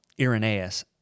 Irenaeus